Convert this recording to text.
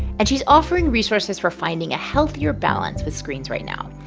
and she's offering resources for finding a healthier balance with screens right now.